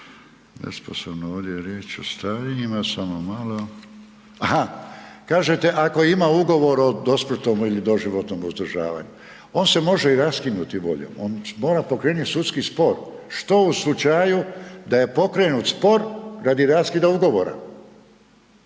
samo malo da vidim gdje smo to dali, aha, kažete ako ima ugovor o dosmrtnom ili doživotnom uzdržavanju. On se može i raskinuti voljom, on mora pokrenuti sudski spor, što u slučaju da je pokrenut spor radi raskida ugovora,